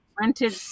rented